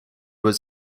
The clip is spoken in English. was